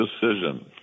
decision